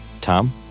Tom